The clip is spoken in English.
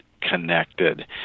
connected